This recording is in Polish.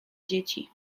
dzieci